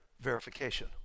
verification